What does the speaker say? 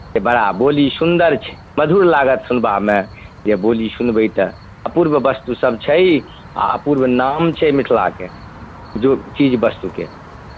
जे बड़ा बोली सुन्दर छै मधुर लागत सुनबामे जे बोली सुनबै तऽ अपूर्व वस्तुसभ छै आ अपूर्व नाम छै मिथिलाके जो चीज वस्तुके